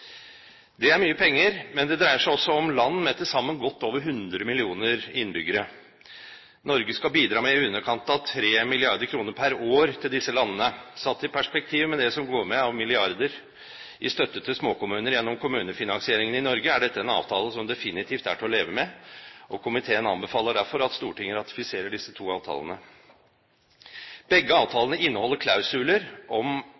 Det er mye penger, men det dreier seg da også om land med til sammen godt over 100 millioner innbyggere. Norge skal bidra med i underkant av 3 mrd. kr. per år til disse landene. Satt i perspektiv med det som går med av milliarder i støtte til småkommuner gjennom kommunefinansieringen i Norge, er dette en avtale som definitivt er til å leve med, og komiteen anbefaler derfor at Stortinget ratifiserer disse to avtalene. Begge avtalene inneholder klausuler om